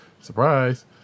surprise